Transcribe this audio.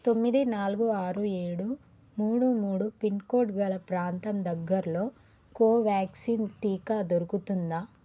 తొమ్మిది నాలుగు ఆరు ఏడు మూడు మూడు పిన్ కోడ్ గల ప్రాంతం దగ్గర్లో కోవ్యాక్సిన్ టీకా దొరుకుతుందా